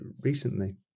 recently